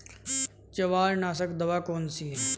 जवारनाशक दवा कौन सी है?